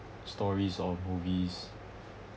stories or movies